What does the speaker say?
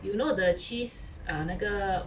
you know the cheese err 那个